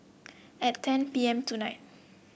at ten P M tonight